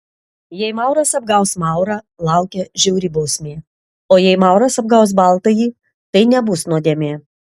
jei mauras apgaus maurą laukia žiauri bausmė o jei mauras apgaus baltąjį tai nebus nuodėmė